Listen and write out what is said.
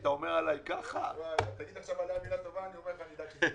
דיברו איתי,